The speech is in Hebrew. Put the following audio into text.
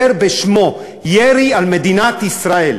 לא לקרוא לו בשמו: ירי על מדינת ישראל.